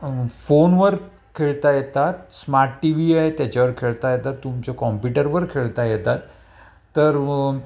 फोनवर खेळता येतात स्मार्ट टीव्ही आहे त्याच्यावर खेळता येतात तुमच्या कॉम्प्युटरवर खेळता येतात तर